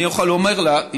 אני יכול לומר לך שאני,